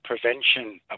prevention